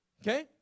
Okay